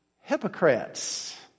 hypocrites